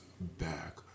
back